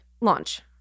Launch